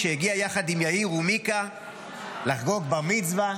שהגיעה יחד עם יאיר ומיקה לחגוג בר-מצווה.